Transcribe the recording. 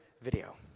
video